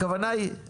אל תתחייב.